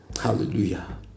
hallelujah